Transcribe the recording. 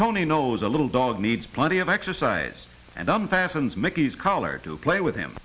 tony knows a little dog needs plenty of exercise and i'm pathans mickey's collar to play with him